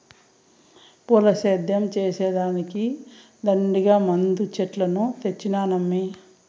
పూల సేద్యం చేసే దానికి దండిగా మందు చెట్లను తెచ్చినానమ్మీ